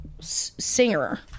singer